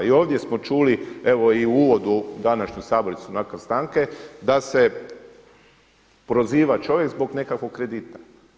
I ovdje smo čuli evo i u uvodu u današnju sabornicu nakon stanke da se proziva čovjek zbog nekakvog kredita.